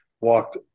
walked